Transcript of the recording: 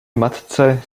matce